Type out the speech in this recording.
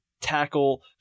tackle